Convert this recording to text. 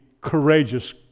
courageous